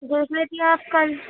دیکھ لیتی آپ کل